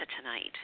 tonight